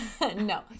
no